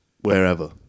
wherever